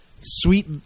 sweet